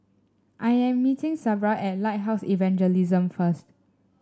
I am meeting Sabra at Lighthouse Evangelism first